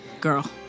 Girl